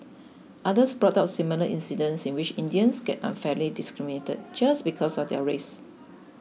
others brought up similar incidents in which Indians got unfairly discriminated just because of their race